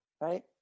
right